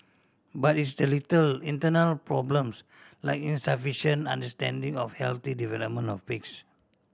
but it's the later internal problems like insufficient understanding of healthy development of pigs